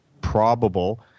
probable